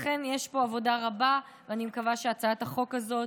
לכן, יש פה עבודה רבה, ואני מקווה שהצעת החוק הזאת